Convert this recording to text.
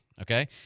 okay